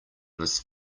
this